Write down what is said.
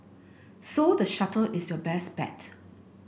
so the shuttle is your best bet